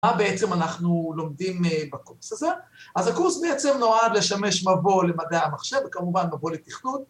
‫מה בעצם אנחנו לומדים בקורס הזה. ‫אז הקורס בעצם נועד ‫לשמש מבוא למדעי המחשב, ‫וכמובן מבוא לתכנון.